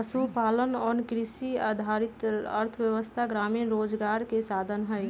पशुपालन और कृषि आधारित अर्थव्यवस्था ग्रामीण रोजगार के साधन हई